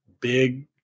big